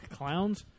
Clowns